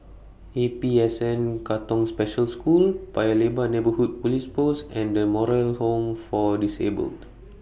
A P S N Katong Special School Paya Lebar Neighbourhood Police Post and The Moral Home For Disabled